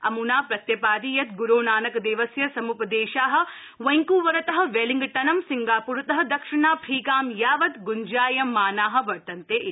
अमुना प्रत्यपादि यत् गुरो नानकदेवस्य सम्पदेशा वैंकूवरत वेलिङ्गटन सिंगाप्रत दक्षिणाफ्रीकां यावत् गुव्जायमाना वर्तन्ते इति